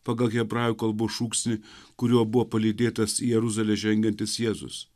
pagal hebrajų kalbos šūksnį kuriuo buvo palydėtas į jeruzalę žengiantis jėzus